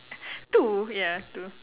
two ya two